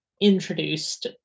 introduced